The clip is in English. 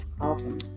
awesome